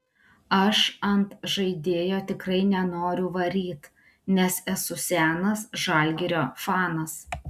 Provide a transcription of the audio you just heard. aš ant žaidėjo tikrai nenoriu varyt nes esu senas žalgirio fanas